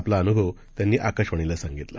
आपला अनुभव त्यांनी आकाशवाणीला सांगितला